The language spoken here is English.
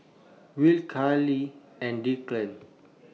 Will Charlene and Declan